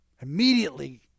Immediately